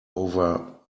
over